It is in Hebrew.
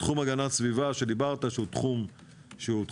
בתחום הגנת הסביבה שדיברת עליו ושהוא תחום מרכזי,